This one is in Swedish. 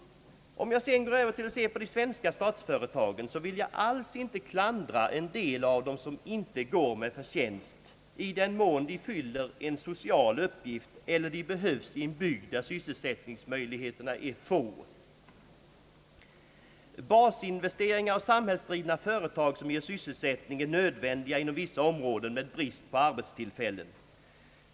I fråga om de svenska statsföretagen vill jag alls inte klandra en del av dem som inte går med förtjänst, i den mån de fyller en social uppgift eller om de behövs i en bygd där sysselsättningsmöjligheterna är få. Basinvesteringar och samhällsdrivna företag som ger sysselsättning är nödvändiga inom vissa områden med brist på arbetstillfällen.